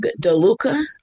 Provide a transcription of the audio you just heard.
Deluca